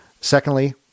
Secondly